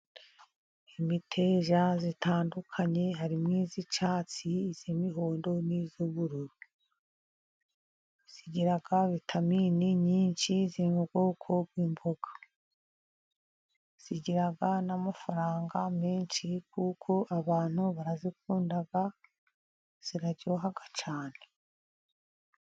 Imiteja itandukanye hari n'iz'icatsi iz' mihondo n'iz'gurururu zigiraga vitaminini nyinshi zi mu bwoko bw'imboga zigiraga n'amafaranga menshi kuko abantu barazikundaga ziraryohahaga cyane.